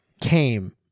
came